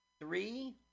three